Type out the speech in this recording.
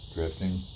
Drifting